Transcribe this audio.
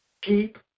Keep